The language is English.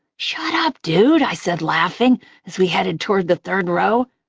shut up, dude, i said, laughing as we headed toward the third row.